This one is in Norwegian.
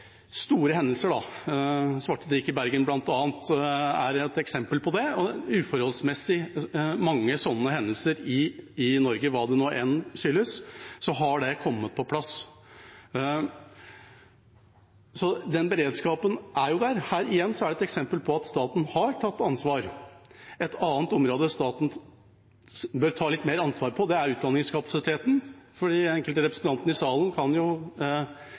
store hendelser. Svartediket i Bergen er et eksempel på det, og det har vært uforholdsmessig mange sånne hendelser i Norge. Hva enn det skyldes, så har det kommet på plass. Den beredskapen er jo der. Her igjen er det et eksempel på at staten har tatt ansvar. Et annet område staten bør ta litt mer ansvar for, er utdanningskapasiteten, for enkelte av representantene i salen kan